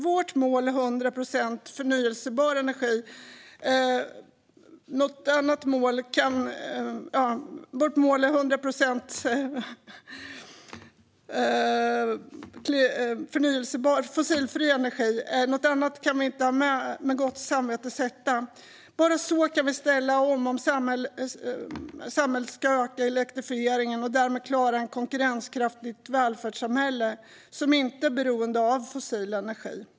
Vårt mål är 100 procent fossilfri energi; något annat mål kan vi inte med gott samvete sätta. Bara så kan vi ställa om samhället till ökad elektrifiering och därmed klara ett konkurrenskraftigt välfärdssamhälle som inte är beroende av fossil energi.